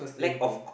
lack of